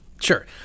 sure